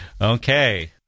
Okay